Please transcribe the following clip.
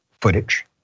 footage